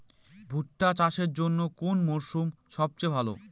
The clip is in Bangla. ভুট্টা চাষের জন্যে কোন মরশুম সবচেয়ে ভালো?